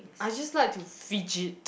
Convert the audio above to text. I just like to fidget